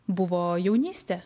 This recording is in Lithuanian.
buvo jaunystė